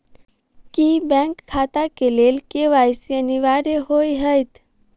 की bank खाता केँ लेल के.वाई.सी अनिवार्य होइ हएत?